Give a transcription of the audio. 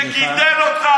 שגידל אותך,